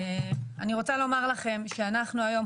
אני רוצה לומר לכם שאנחנו היום,